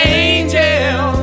angel